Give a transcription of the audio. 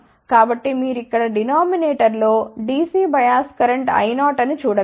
కాబట్టి మీరు ఇక్కడ డినామినేటర్ లో DC బియాస్ కరెంట్ I0 అని చూడ గలరు